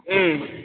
ம்